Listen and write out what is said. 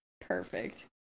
Perfect